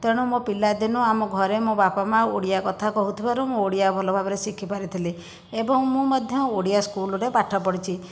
ତେଣୁ ମୋ ପିଲାଦିନୁ ଆମ ଘରେ ମୋ ବାପା ମା' ଓଡ଼ିଆ କଥା କହୁଥିବାରୁ ମୁଁ ଓଡ଼ିଆ ଭଲ ଭାବରେ ଶିଖିପାରିଥିଲି ଏବଂ ମୁଁ ମଧ୍ୟ ଓଡ଼ିଆ ସ୍କୁଲରେ ପାଠ ପଢ଼ିଛି